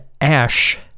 Ash